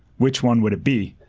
which one would it be?